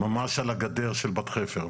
ממש על הגדר של בת חפר,